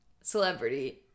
celebrity